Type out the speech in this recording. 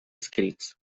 escrits